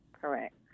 correct